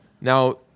Now